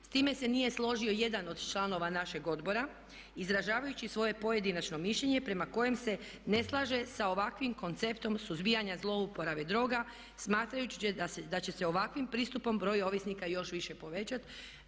S time se nije složio jedan od članova našeg odbora izražavajući svoje pojedinačno mišljenje prema kojem se ne slaže sa ovakvim konceptom suzbijanja zlouporabe droga smatrajući da će se ovakvim pristupom broj ovisnika još više povećati.